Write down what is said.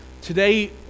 Today